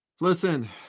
listen